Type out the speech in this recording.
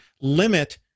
limit